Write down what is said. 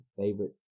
favorite